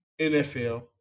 NFL